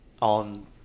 on